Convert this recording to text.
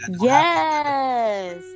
yes